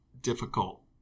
difficult